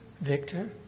Victor